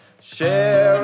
share